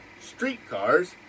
streetcars